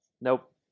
Nope